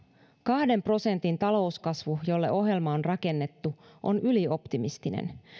kahden prosentin talouskasvu jolle ohjelma on rakennettu on ylioptimistinen